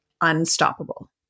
unstoppable